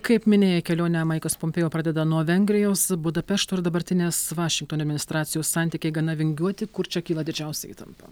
kaip minėję kelionę maikas pompėo pradeda nuo vengrijos budapešto ir dabartinės vašingtone administracijos santykiai gana vingiuoti kur čia kyla didžiausia įtampa